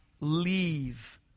leave